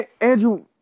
Andrew –